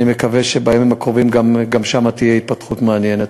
אני מקווה שבימים הקרובים גם שם תהיה התפתחות מעניינת.